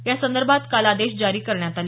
यासंदर्भात काल आदेश जारी करण्यात आले